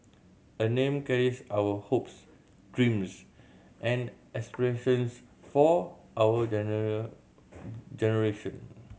a name carries our hopes dreams and aspirations for our generation